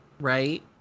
right